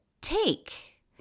take